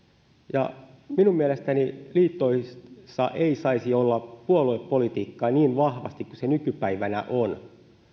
minun mielestäni liitoissa ei saisi olla puoluepolitiikkaa niin vahvasti kuin nykypäivänä on